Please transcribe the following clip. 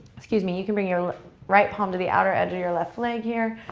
excuse me. you can bring your right arm to the outer edge of your left leg here.